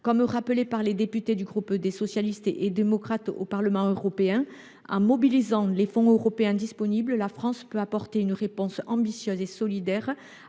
l’ont rappelé les députés du groupe des Socialistes et Démocrates (S&D) au Parlement européen, en mobilisant les fonds européens disponibles, la France peut apporter une réponse ambitieuse et solidaire